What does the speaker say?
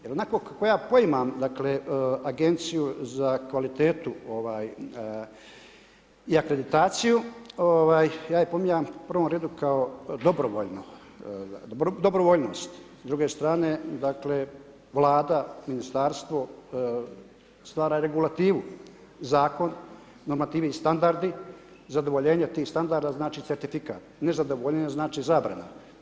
Jer onako kako ja poiman dakle, agenciju za kvalitetu i akreditaciju, ja ju poiman u prvom redu kao dobrovoljno, dobrovoljnost, s druge strane, dakle, vlada, ministarstvo stvara regulativu, zakon, normativi i standardi, zadovoljenje tih standarda znači certifikat, nezadovoljenje znači zabrana.